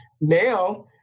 Now